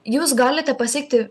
jūs galite pasiekti